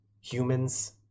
Humans